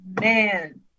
man